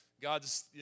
God's